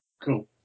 Cool